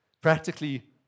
Practically